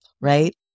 right